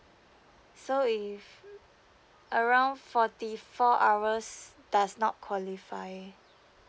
so if around forty four hours that's not qualify